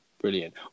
brilliant